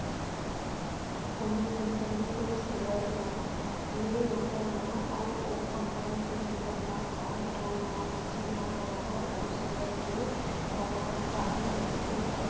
कोनो कंपनी के सेयर ल लेए ऊपर म अउ ओ कंपनी के सेयर ल आन ठउर म बेंचे म बरोबर ओ सेयर के परमान पाती मिलथे